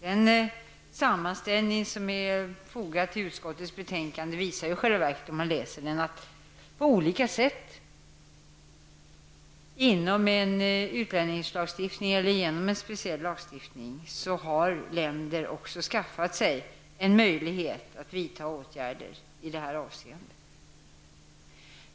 Den sammanställning som fogats till utskottets betänkande visar att man på olika sätt genom en utlänningslagstiftning eller genom annan speciallagstiftning i åtskilliga länder har skaffat sig en möjlighet att vidta åtgärder i det här avseendet.